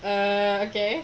err okay